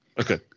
Okay